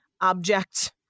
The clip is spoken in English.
object